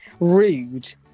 rude